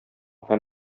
һәм